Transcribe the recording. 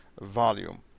volume